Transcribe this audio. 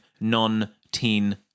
non-teen